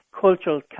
cultural